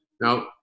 Now